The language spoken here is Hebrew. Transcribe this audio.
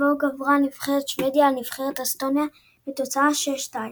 ובו גברה נבחרת שוודיה על נבחרת אסטוניה בתוצאה 6 - 2.